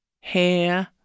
hair